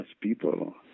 people